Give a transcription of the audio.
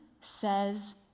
says